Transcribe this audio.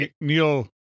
Neil